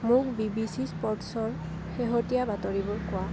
মোক B B C স্পৰ্টছৰ শেহতীয়া বাতৰিবোৰ কোৱা